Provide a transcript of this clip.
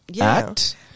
Act